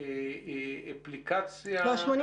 לא.